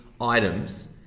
items